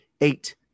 Eight